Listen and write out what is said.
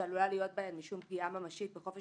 שעלולה להיות בהן משום פגיעה ממשית בחופש